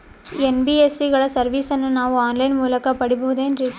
NBSC ಗಳ ಸರ್ವಿಸನ್ನ ನಾವು ಆನ್ ಲೈನ್ ಮೂಲಕ ಪಡೆಯಬಹುದೇನ್ರಿ?